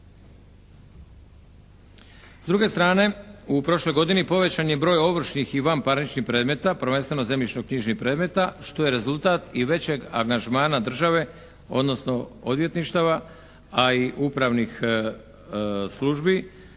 S druge strane, u prošloj godini povećan je broj ovršnih i vanparničnih predmeta, prvenstveno zemljišnoknjižnih predmeta što je rezultat i većeg angažmana države odnosno odvjetništava, a i upravnih službi